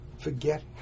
forget